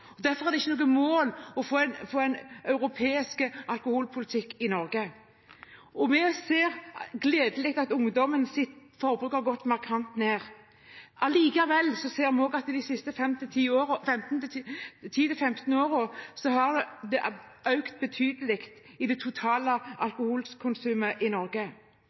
har. Derfor er det ikke noe mål å få en europeisk alkoholpolitikk i Norge. Det er gledelig å se at ungdommens forbruk har gått markant ned. Allikevel har det totale alkoholkonsumet i Norge